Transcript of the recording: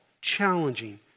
challenging